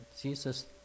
Jesus